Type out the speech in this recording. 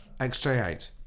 XJ8